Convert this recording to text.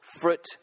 fruit